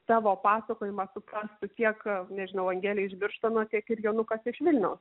tavo pasakojimą suprastų tiek nežinau angelė iš birštono tiek ir jonukas iš vilniaus